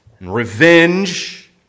revenge